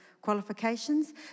qualifications